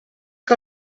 que